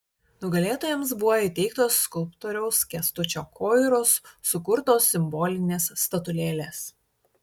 nugalėtojams buvo įteiktos skulptoriaus kęstučio koiros sukurtos simbolinės statulėlės